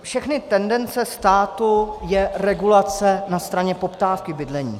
Všechny tendence státu jsou regulace na straně poptávky bydlení.